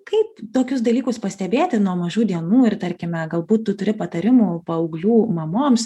kaip tokius dalykus pastebėti nuo mažų dienų ir tarkime galbūt tu turi patarimų paauglių mamoms